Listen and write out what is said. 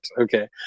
Okay